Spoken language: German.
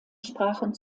sprachen